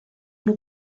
nhw